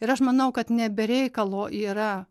ir aš manau kad ne be reikalo yra